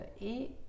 Et